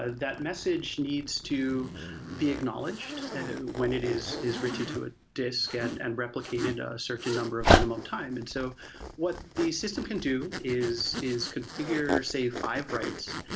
ah that message needs to be acknowledged when it is is written to a disk and and replicated a certain number of minimum time and so what the system can do is is configure save five writes,